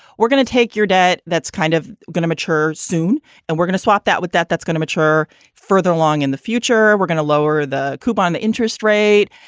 we're gonna take your debt that's kind of going to mature soon and we're gonna swap that with that. that's gonna mature further along in the future. we're gonna lower the coupon, the interest rate,